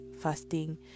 fasting